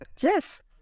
Yes